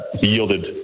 yielded